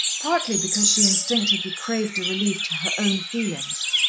partly because she instinctively craved a relief to her own feelings,